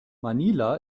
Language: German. manila